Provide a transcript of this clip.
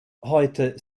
heute